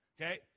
okay